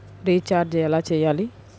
Recharge ఎలా చెయ్యాలి?